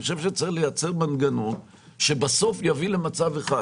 אני חושב שצריך לייצר מנגנון שבסוף יביא למצב אחד,